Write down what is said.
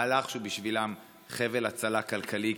מהלך שהוא בשבילם חבל הצלה כלכלי,